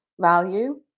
value